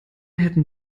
hätten